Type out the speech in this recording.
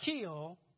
kill